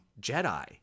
Jedi